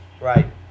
Right